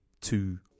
two